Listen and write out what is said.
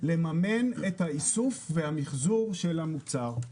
לממן את האיסוף ואת המיחזור של המוצר.